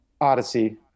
Odyssey